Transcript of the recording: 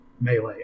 Melee